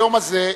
היום הזה,